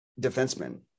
defensemen